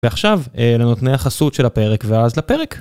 ועכשיו, לנותני החסות של הפרק ואז לפרק.